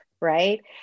right